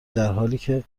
درحالیکه